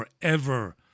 forever